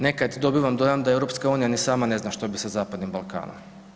Nekad dobivam dojam da EU ni sama ne zna što bi sa Zapadnim Balkanom.